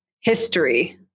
history